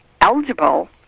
eligible